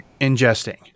ingesting